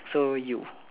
so you